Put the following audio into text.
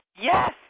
Yes